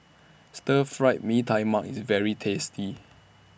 Stir Fried Mee Tai Mak IS very tasty